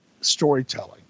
storytelling